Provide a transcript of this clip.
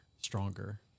stronger